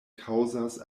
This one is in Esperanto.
kaŭzas